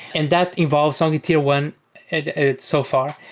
and that involves only tier one and ah so far.